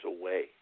away